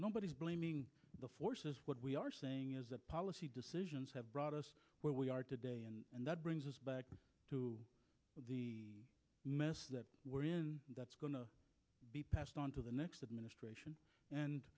nobody is blaming the forces what we are saying is that policy decisions have brought us where we are today and that brings us back to the mess that we're in that's going to be passed on to the next administration and